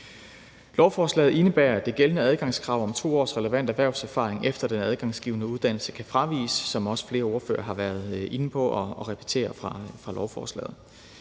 Lovforslaget indebærer, at det gældende adgangskrav om 2 års relevant erhvervserfaring efter den adgangsgivende uddannelse kan fraviges, hvilket også flere ordførere har været inde på og repeteret fra lovforslaget.